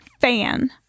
fan